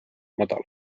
madal